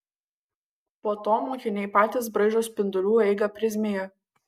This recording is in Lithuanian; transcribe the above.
po to mokiniai patys braižo spindulių eigą prizmėje